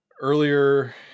Earlier